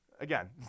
Again